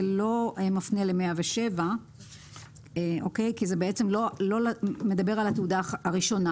זה לא מפנה ל-107 כי זה לא מדבר על התעודה הראשונה.